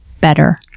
better